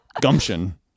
Gumption